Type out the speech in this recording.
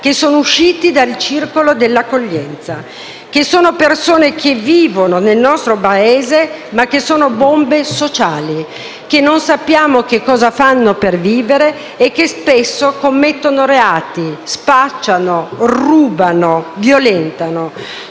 che sono usciti dal circolo dell'accoglienza: persone che vivono nel nostro Paese, ma che sono bombe sociali, persone che non sappiamo cosa fanno per vivere e spesso commettono reati, spacciano, rubano, violentano.